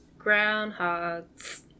Groundhogs